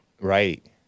Right